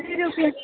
कति रूप्यकम्